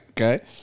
Okay